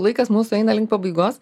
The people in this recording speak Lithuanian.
laikas mūsų eina link pabaigos